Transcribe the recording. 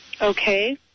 Okay